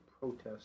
protest